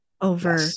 Over